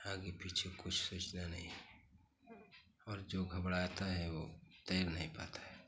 आगे पीछे कुछ सोचना नहीं और जो घबराता है ओ तैर नहीं पाता है